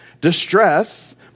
distress